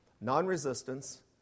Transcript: non-resistance